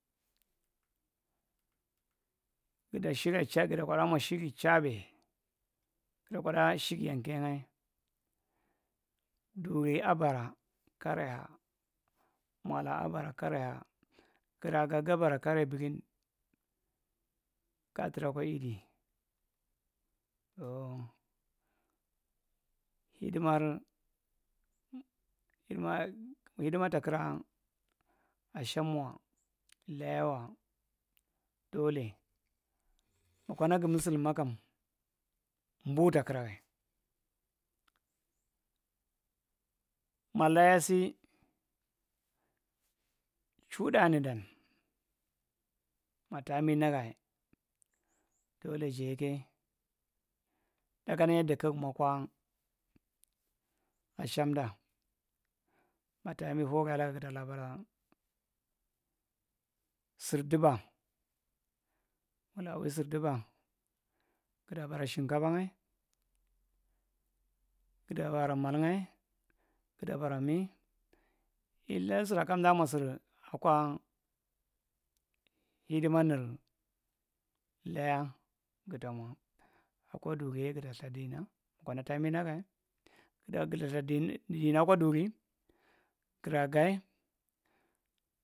Guda shira cha guda kwaɗɗamwa shira chaabi gidu kwaɗa shik yanke’ ngyae duri aɓura kare ha mola abura kare ha gira nga gabara kare birin ga tura kwai di so hiɗimar hidimar takura’a asham wa laya wa ɗole makana gu musulum ma kam mbu takira gai ma laya si chu tda ninɗan mata’ambi nagai ɗole jayeke ɗakana yadda kugu mwa akwa ahamda ma tambi hora laga gida la bara sirdiba mugla wi sir diba gida bara shiinkafa ngai giɗa baru mal’ngai gida bara mi illa sira kanɗaamwa sir akwa hidimu nir laya giɗa mwa akwa duriye gida ltha dina mokona taambi nagae gida gida dina kwa duri giraa gae.